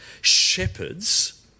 shepherds